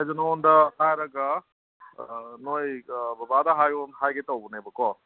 ꯑꯩꯁꯦ ꯅꯪꯉꯣꯟꯗ ꯍꯥꯏꯔꯒ ꯅꯣꯏ ꯕꯕꯥꯗ ꯍꯥꯏꯌꯨꯅ ꯍꯥꯏꯒꯦ ꯇꯧꯕꯅꯦꯕꯀꯣ